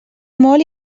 molt